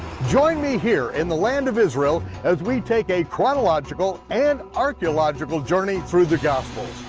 join me here in the land of israel as we take a chronological and archeological journey through the gospels.